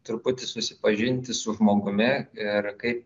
truputį susipažinti su žmogumi ir kaip